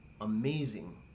amazing